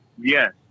Yes